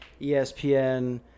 ESPN